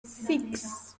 six